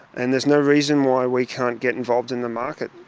and there's no reason why we can't get involved in the market.